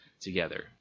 together